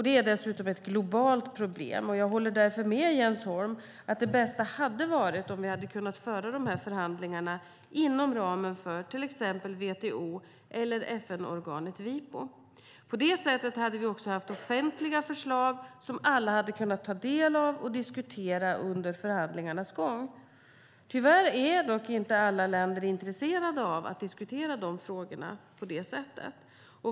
Det är dessutom ett globalt problem. Jag håller därför med Jens Holm om att det bästa hade varit om vi hade kunnat föra dessa förhandlingar inom ramen för exempelvis WTO eller FN-organet Wipo. På det sättet hade vi också haft offentliga förslag som alla hade kunnat ta del av och diskutera under förhandlingarnas gång. Tyvärr är dock inte alla länder intresserade av att diskutera de frågorna på det sättet.